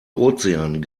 ozean